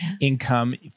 income